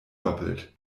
doppelt